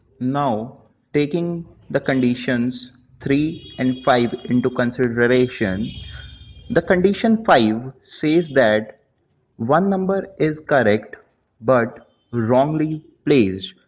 now taking the conditions three and five into consideration the condition five says that one number is correct but wrongly placed